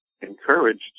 encouraged